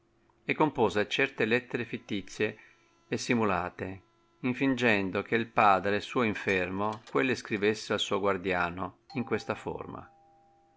e compose certe lettere fitticie e simulate infingendo che padre suo infermo quelle scrivesse al suo guardiano in questa forma